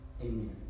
Amen